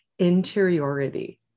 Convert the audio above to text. interiority